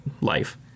life